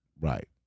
Right